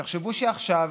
תחשבו שעכשיו